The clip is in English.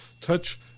touch